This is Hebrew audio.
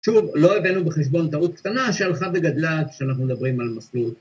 שוב, לא הבאנו בחשבון טעות קטנה, שהלכה וגדלה, כשאנחנו מדברים על מסלול.